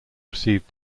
received